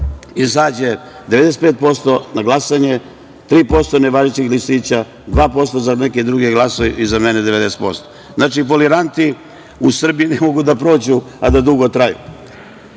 izađe 95% na glasanje, 3% nevažećih listića, 2% za neke druge glasove i za mene 90%. Znači, foliranti u Srbiji ne mogu da prođu, a da dugo traju. Tako